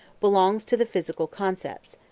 belongs to the physical concepts,